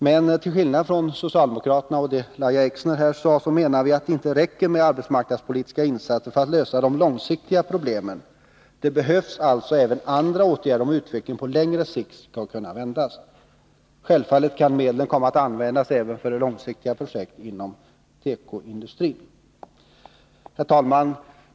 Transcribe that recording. Men till skillnad från Lahja Exner och övriga socialdemokrater menar vi att det inte räcker med arbetsmarknadspolitiska insatser för att lösa de långsiktiga problemen. Det behövs alltså även andra åtgärder om utvecklingen på längre sikt skall kunna vändas. Självfallet kan medlen komma att användas även för långsiktiga projekt inom tekoindustrin. Herr talman!